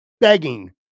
begging